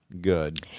good